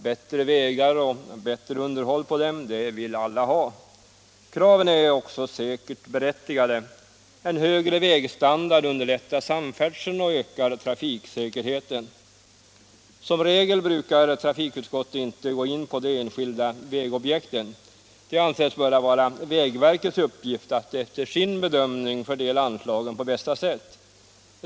Bättre vägar och bättre underhåll av dem vill alla ha. Kraven är säkert berättigade. En högre vägstandard underlättar samfärdseln och ökar trafiksäkerheten. Som regel går trafikutskottet inte in på de enskilda vägobjekten. Det har ansetts böra vara vägverkets uppgift att efter sin bedömning fördela anslagen på bästa sätt.